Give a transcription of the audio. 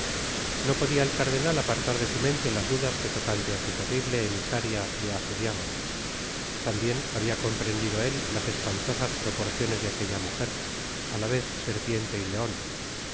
no podia el cardenal apartar de su mente las dudas que tocante á su terrible emisaria le asediaban tambien habia comprendido él las espantosas proporciones de aquella mujer á la vez serpiente y leona